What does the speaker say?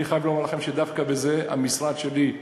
אני חייב לומר לכם שדווקא בזה המשרד שלי,